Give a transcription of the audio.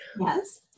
Yes